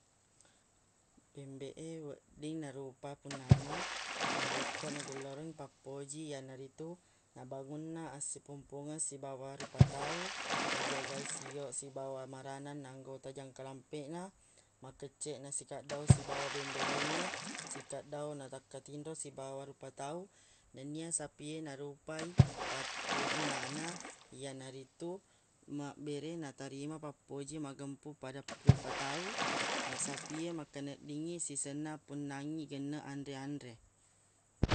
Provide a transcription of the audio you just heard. Bembeq e wedding na rupa punnana narekko najellorengngi pappoji iyanaritu nabangunna assipumpungeng sibawa rupa tau najaga i sio sibawa maranang na anggota jangka lampeq na makecceq nasikaddau sibawa bembeq laingnge sikaddau nakkatinro sibawa rupa tau nennia sapi e na rupa i pa- pu- punnana iyanaritu ma bere naterima pappoji magempung pada rupa tau na sapi e makkeneddingngi sisenna punnangngi genneq anre anre